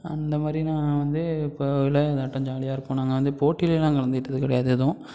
அந்த மாதிரி நான் வந்து இப்போது விளைய அதாட்டம் ஜாலியாக இருக்கும் நாங்கள் வந்து போட்டியிலலாம் கலந்துக்கிட்டது கிடையாது எதுவும்